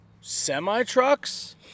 semi-trucks